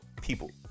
people